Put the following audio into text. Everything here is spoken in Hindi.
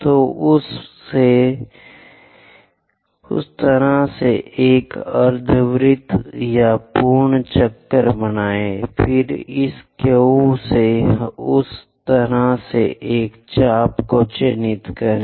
तो उस तरह से एक अर्धवृत्त या पूर्ण चक्र बनाएं फिर इस Q से उस तरह से एक चाप को चिह्नित करें